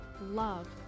love